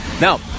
Now